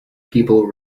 people